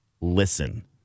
listen